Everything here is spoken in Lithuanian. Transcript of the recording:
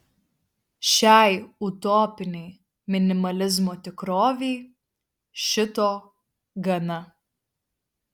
šiai utopinei minimalizmo tikrovei šito gana